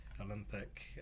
Olympic